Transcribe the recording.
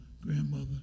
grandmother